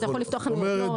אז אתה יכול לפתוח חנויות ,